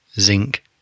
zinc